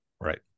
Right